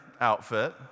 outfit